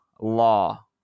law